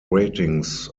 ratings